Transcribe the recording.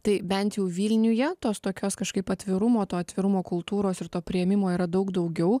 tai bent jau vilniuje tos tokios kažkaip atvirumo to atvirumo kultūros ir to priėmimo yra daug daugiau